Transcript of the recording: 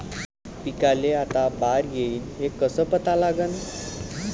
पिकाले आता बार येईन हे कसं पता लागन?